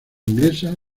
inglesa